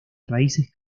raíces